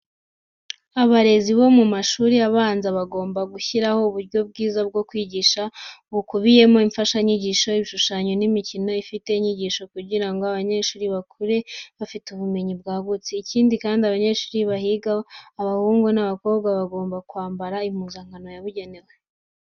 Abarezi bo mu mashuri abanza bagomba gushyiraho uburyo bwiza bwo kwigisha, bukubiyemo imfashanyigisho, ibishushanyo n'imikino ifite inyigisho kugira ngo abanyeshuri bakure bafite ubumenyi bwagutse. Ikindi kandi abanyeshuri bahiga abahungu n'abakobwa, baba bagomba kwambara impuzankano yabugenewe.